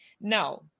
Now